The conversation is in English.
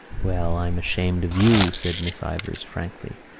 well, i'm ashamed of you, said miss ivors frankly.